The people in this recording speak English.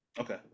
Okay